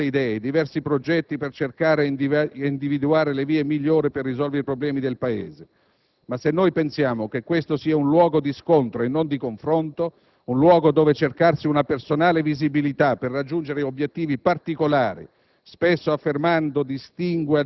Ci hanno deputato a confrontare le diverse idee, i diversi progetti per cercare e individuare le vie migliori per risolvere i problemi del Paese. Ma se pensiamo che questo sia solo un luogo di scontro e non di confronto, un luogo dove cercarsi una personale visibilità, per raggiungere obiettivi particolari,